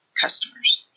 customers